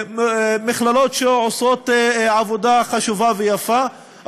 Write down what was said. מכללות שעושות עבודה חשובה ויפה,